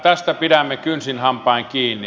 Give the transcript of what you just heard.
tästä pidämme kynsin hampain kiinni